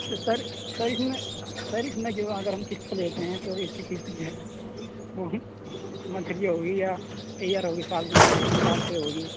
تو sir sir اس میں سر اس میں جو اگر ہم کست پہ لیتے ہیں تو اس کی کست جو ہے وہ منتھلی ہوگی یا ایئر ہوگی سال میں سال کی ہوگی